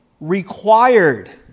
required